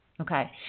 Okay